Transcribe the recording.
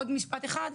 עוד משפט אחד,